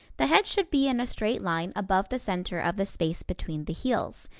the head should be in a straight line above the center of the space between the heels.